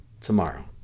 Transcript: tomorrow